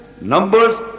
Numbers